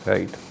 Right